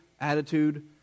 attitude